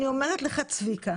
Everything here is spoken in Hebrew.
אני אומרת לך צביקה